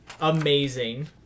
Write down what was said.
Amazing